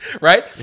Right